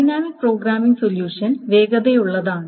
dynamic programming solution വേഗതയുള്ളതാണ്